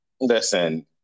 Listen